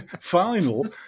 final